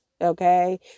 Okay